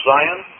Zion